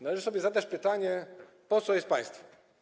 Należy sobie zadać pytanie: Po co jest państwo?